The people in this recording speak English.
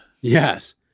Yes